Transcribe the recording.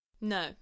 No